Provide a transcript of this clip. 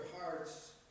hearts